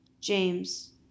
James